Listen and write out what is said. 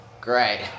Great